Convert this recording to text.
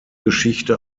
geschichte